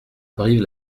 brive